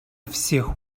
всех